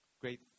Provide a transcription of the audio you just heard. Great